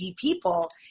people